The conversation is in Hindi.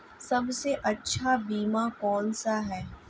सबसे अच्छा बीमा कौनसा है?